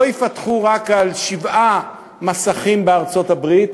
ייפתחו רק על שבעה מסכים בארצות-הברית,